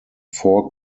four